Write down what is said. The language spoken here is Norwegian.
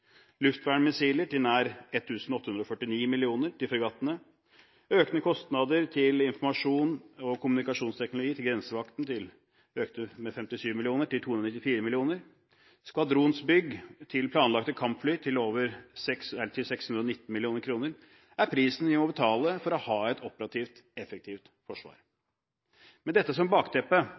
Luftvernmissiler til nær 1 849 mill. kr til fregattene, økte kostnader til informasjons- og kommunikasjonsteknologi til grensevakten på 57 mill. kr, til 294 mill. kr, og skvadronsbygg til planlagte kampfly til 619 mill. kr er prisen vi må betale for å ha et operativt, effektivt forsvar. Med dette som bakteppe